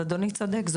אדוני צודק.